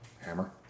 hammer